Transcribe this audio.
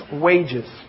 wages